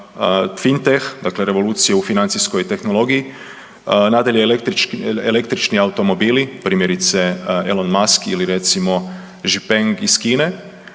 fintech dakle revolucija u financijskoj tehnologiji, nadalje električni automobili primjerice Elon Musk ili recimo Zhipeng Kine